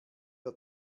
der